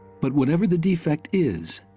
but whatever the defect is,